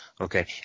okay